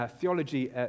theology